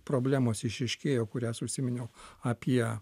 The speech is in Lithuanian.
problemos išryškėjo kurias užsiminiau apie